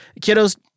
Kiddos